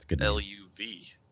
L-U-V